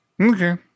Okay